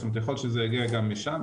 יכול להיות שזה יגיע גם משם,